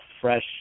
fresh